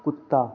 कुत्ता